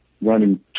running